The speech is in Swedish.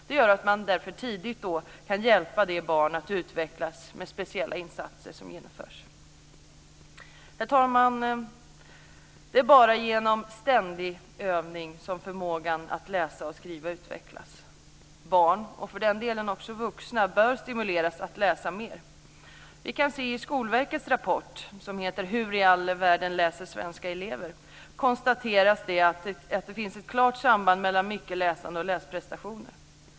Det gör att man tidigt kan hjälpa dessa barn att utvecklas med speciella insatser som genomförs. Herr talman! Det är bara genom ständig övning som förmågan att läsa och skriva utvecklas. Barn, och för den delen också vuxna, bör stimuleras att läsa mer. Vi kan se i Skolverkets rapport, som heter Hur i all världen läser svenska elever, att man konstaterar att det finns ett klart samband mellan mycket läsande och läsprestationer.